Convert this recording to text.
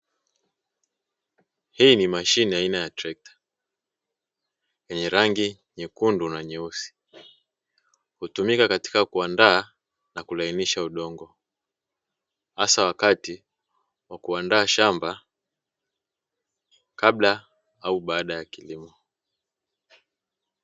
Hii ni mashine aina ya trekta yenye rangi nyekundu na nyeusi, hutumika katika kuandaa na kulainisha udongo, hasa wakati wa kuandaa shamba kabla au baada ya kilimo.